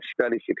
study